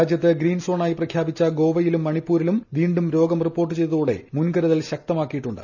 രാജ്യത്ത് ഗ്രീൻ സോണായി പ്രഖ്യാപിച്ച ഗോവയിലും മണിപൂരിലും വീണ്ടും രോഗം റിപ്പോർട്ട് ചെയ്തതോടെ മുൻകരുതൽ ശക്തമാക്കിയിട്ടുണ്ട്